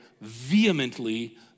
vehemently